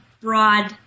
broad